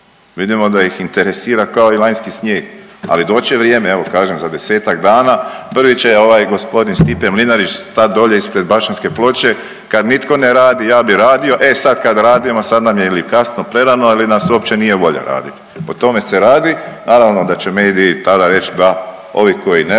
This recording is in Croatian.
Vidimo da ih interesira kao i lanjski snijeg, ali doći će vrijeme, evo kažem za 10-dana prvi će ovaj g. Stipe Mlinarić stat dolje ispred Bašćanske ploče kad nitko ne radi ja bi radio, e sad kad radimo sad nam je ili kasno ili prerano ili nas uopće nije volja radit, o tome se radi, naravno da će mediji tada reć da ovi koji ne rade